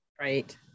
Right